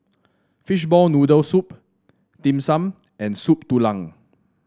Fishball Noodle Soup Dim Sum and Soup Tulang